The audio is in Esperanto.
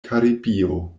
karibio